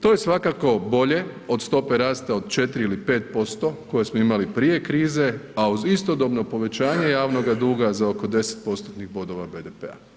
To je svakako bolje od stope rasta od 4 ili 5% koje smo imali prije krize, a uz istodobno povećanje javnoga duga za oko 10 postotnih bodova BDP-a.